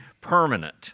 permanent